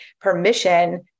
permission